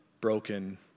broken